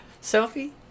Sophie